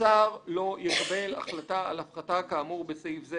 השר לא יקבל החלטה על הפחתה כאמור בסעיף זה